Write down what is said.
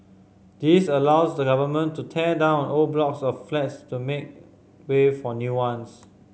this allows the government to tear down old blocks of flats to make way for new ones